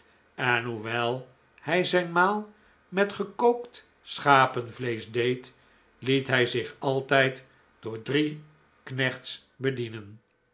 en hoewel hij zijn maal met gekookt schapenvleesch deed het hij zich altijd door drie knechts bedienen